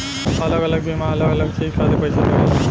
अलग अलग बीमा अलग अलग चीज खातिर पईसा देवेला